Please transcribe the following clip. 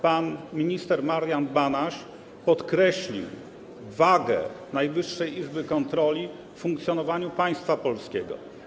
Pan minister Marian Banaś podkreślił wagę Najwyższej Izby Kontroli w funkcjonowaniu państwa polskiego.